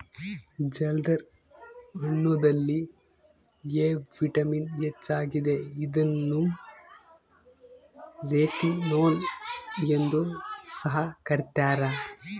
ಜಲ್ದರ್ ಹಣ್ಣುದಲ್ಲಿ A vitamin ಹೆಚ್ಚಾಗಿದೆ ಇದನ್ನು ರೆಟಿನೋಲ್ ಎಂದು ಸಹ ಕರ್ತ್ಯರ